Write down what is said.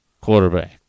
quarterback